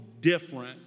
different